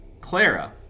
Clara